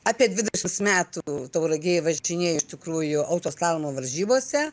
apie dvidešimt metų tauragėj važinėja iš tikrųjų autoslalomo varžybose